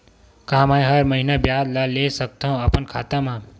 का मैं हर महीना ब्याज ला ले सकथव अपन खाता मा?